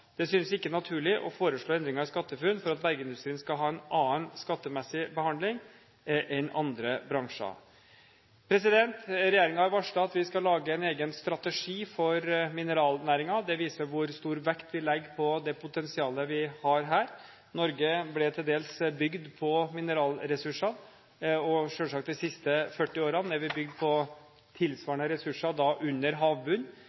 Det synes ikke naturlig å foreslå endringer i SkatteFUNN for at bergindustrien skal ha en annen skattemessig behandling enn andre bransjer. Regjeringen har varslet at vi skal lage en egen strategi for mineralnæringen. Det viser hvor stor vekt vi legger på det potensialet vi har her. Norge ble til dels bygd på mineralressurser. De siste 40 årene har vi selvsagt bygd på